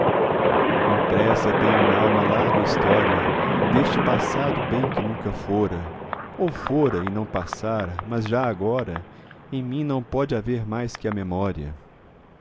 impressa tenho n'alma larga história deste passado bem que nunca fora ou fora e não passara mas já agora em mim não pode haver mais que a memória